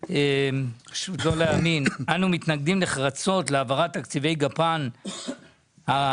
וקשה להאמין: "אנו מתנגדים נחרצות להעברת תקציבי גפ"ן הרשותיים",